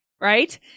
right